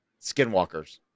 skinwalkers